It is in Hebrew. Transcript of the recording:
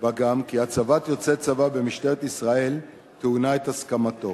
בה גם כי הצבת יוצא צבא במשטרת ישראל טעונה הסכמתו.